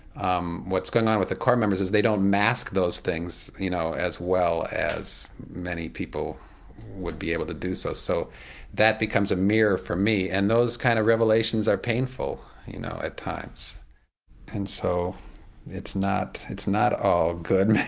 um what's going on with the core members is they don't mask those things, you know, as well as many people would be able to do. so so that becomes a mirror for me. and those kind of revelations are painful, you know, at times and so it's not it's not all good,